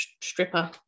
stripper